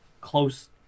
close